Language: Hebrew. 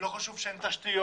לא חשוב שאין תשתיות.